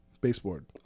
Baseboard